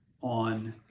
on